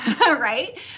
right